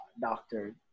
doctor